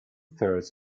thirds